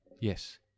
yes